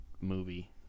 movie